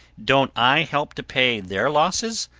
don't i help to pay their losses?